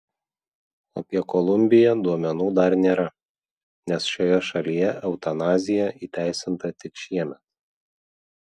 apie kolumbiją duomenų dar nėra nes šioje šalyje eutanazija įteisinta tik šiemet